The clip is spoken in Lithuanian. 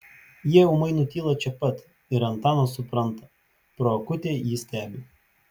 jie ūmai nutyla čia pat ir antanas supranta pro akutę jį stebi